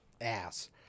ass